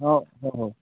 ହଁ ହଉ ହଉ